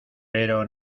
pero